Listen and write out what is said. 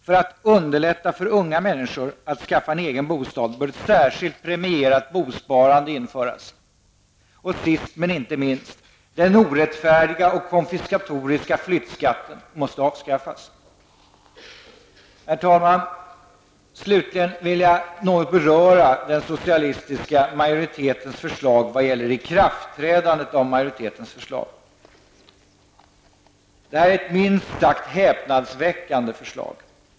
För att underlätta för unga människor att skaffa en egen bostad bör ett särskilt premierat bosparande införas. Och sist, men inte minst: den orättfärdiga och konfiskatoriska flyttskatten måste avskaffas. Herr talman! Slutligen vill jag något beröra den socialistiska majoritetens förslag vad gäller ikraftträdandet av majoritetens förslag. Detta är ett minst sagt häpnadsväckande förslag.